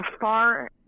far